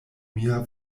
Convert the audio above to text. mia